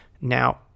Now